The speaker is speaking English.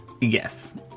Yes